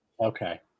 Okay